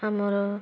ଆମର